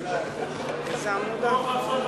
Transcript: יתמקמו.